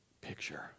picture